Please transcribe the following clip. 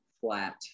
flat